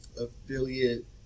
affiliate